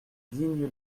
digne